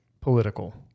political